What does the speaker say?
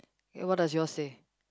what does yours say